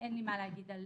אין לי מה להגיד על